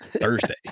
Thursday